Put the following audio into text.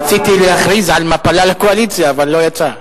רציתי להכריז על מפלה לקואליציה, אבל לא יצא.